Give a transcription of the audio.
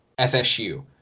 FSU